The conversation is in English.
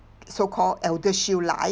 so-called ElderShield Life